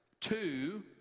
two